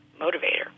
motivator